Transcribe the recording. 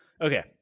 Okay